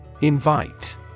Invite